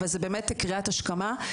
אבל זה באמת קריאת השכמה.